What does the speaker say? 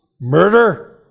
murder